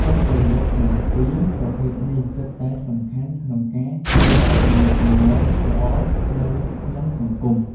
ការគោរពទាំងពីរប្រភេទនេះសុទ្ធតែសំខាន់ក្នុងការកសាងទំនាក់ទំនងល្អនៅក្នុងសង្គម។